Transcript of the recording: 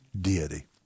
deity